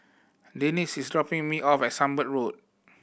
Denese is dropping me off at Sunbird Road